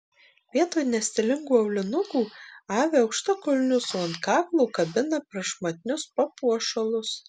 vietoj nestilingų aulinukų avi aukštakulnius o ant kaklo kabina prašmatnius papuošalus